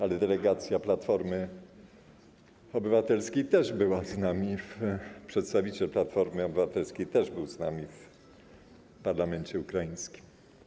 Ale delegacja Platformy Obywatelskiej też była z nami, przedstawiciel Platformy Obywatelskiej też był z nami w parlamencie ukraińskim.